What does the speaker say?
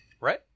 Right